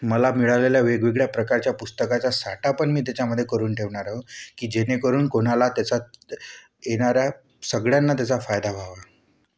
मला मिळालेल्या वेगवेगळ्या प्रकारच्या पुस्तकाचा साठा पण मी त्याच्यामध्ये करून ठेवणार आहे की जेणेकरून कोणाला त्याचा येणाऱ्या सगळ्यांना त्याचा फायदा व्हावा